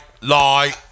Lie